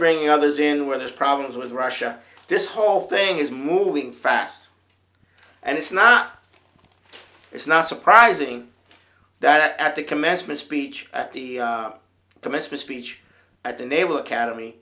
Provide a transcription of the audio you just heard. bringing others in where there's problems with russia this whole thing is moving fast and it's not it's not surprising that at the commencement speech at the commencement speech at the naval academy